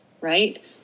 right